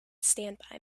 standby